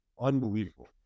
unbelievable